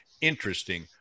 interesting